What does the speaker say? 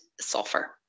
sulfur